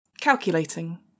Calculating